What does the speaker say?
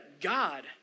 God